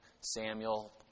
Samuel